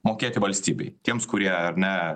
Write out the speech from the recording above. mokėti valstybei tiems kurie ar ne